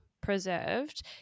preserved